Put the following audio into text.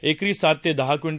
एकरी सात ते दहा क्विं